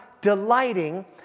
delighting